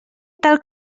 tal